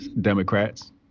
Democrats